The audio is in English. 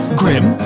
grim